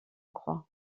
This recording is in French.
croix